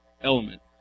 element